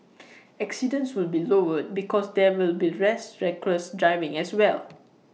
accidents would be lowered because there will be less reckless driving as well